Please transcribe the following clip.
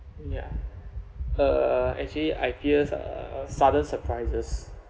ya uh actually I fears uh sudden surprises